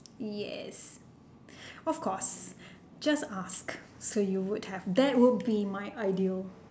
yes of course just ask so you would have that would be my ideal